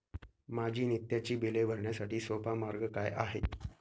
माझी नित्याची बिले भरण्यासाठी सोपा मार्ग काय आहे?